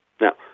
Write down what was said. Now